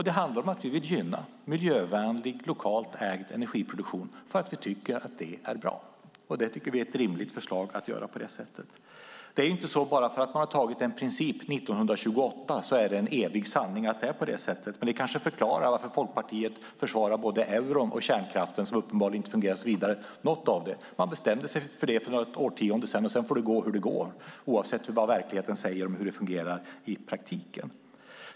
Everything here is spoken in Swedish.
Det handlar om att vi vill gynna miljövänlig, lokalt ägd energiproduktion därför att vi tycker att det är bra. Vi tycker att det är ett rimligt förslag att göra på det sättet. Det är inte så att bara för att man har antagit en princip 1928 är det en evig sanning att det är på det sättet. Men det kanske förklarar varför Folkpartiet försvarar både euron och kärnkraften, som uppenbarligen inte fungerar något vidare, något av det. Man bestämde sig för det för något årtionde sedan, och sedan får det gå som det går, oavsett vad verkligheten säger om hur det fungerar i praktiken.